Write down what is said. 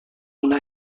una